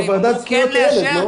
אמרו כן לאשר.